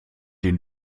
den